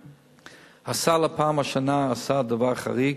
הסל הפעם, השנה, עשה דבר חריג,